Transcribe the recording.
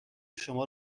شما